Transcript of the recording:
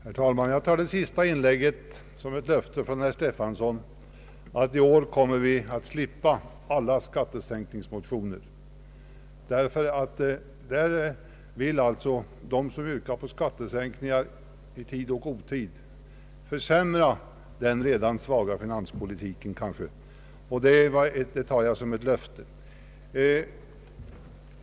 Herr talman! Jag tar herr Stefansons senaste inlägg som ett löfte att vi här i år kommer att slippa alla skattesänkningsmotioner från = folkpartiet. Man vill ju där annars i tid och otid yrka på skattesänkningar och försämra den redan svaga finanspolitiken. Jag tar alltså herr Stefansons inlägg som ett löfte.